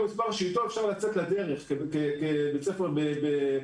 מספר שאתו אפשר לצאת לדרך כבית ספר בצמיחה,